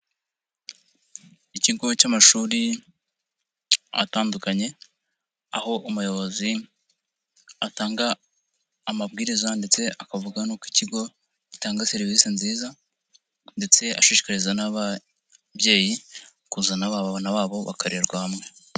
Ikigo cy'amashuri atandukanye aho umuyobozi atanga amabwiriza ndetse akavuga nuko ikigo gitanga serivise nziza ndetse ashishikariza n'ababyeyi kuzana abana babo bakarererwa hamwe.